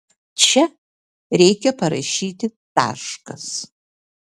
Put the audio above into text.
čia reikia parašyti taškas